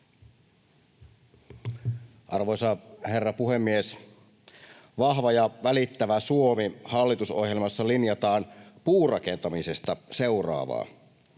Arvoisa herra puhemies! Vahva ja välittävä Suomi ‑hallitusohjelmassa linjataan puurakentamisesta seuraavaa: